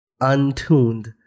untuned